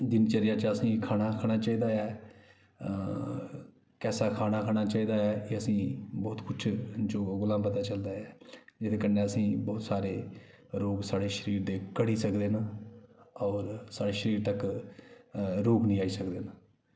दिनचर्या च असें ई खाना खाना चाहिदा ऐ कैसा खाना खाना चाहिदा ऐ एह् असें ई बहुत कुछ जो ओहदे कोला पता चलदा ऐ जेह्दे कन्नै असें ई बहोत सारे रोग साढ़े शरीर दे घट्टी सकदे न होर साढ़े शरीर तक रोग निं आई सकदे